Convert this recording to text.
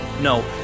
No